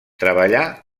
treballà